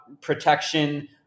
protection